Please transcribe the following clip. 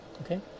okay